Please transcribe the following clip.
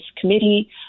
committee